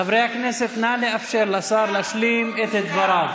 חברי הכנסת, נא לאפשר לשר להשלים את דבריו.